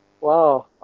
Wow